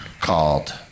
called